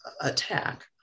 attack